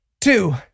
Two